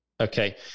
Okay